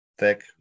Thick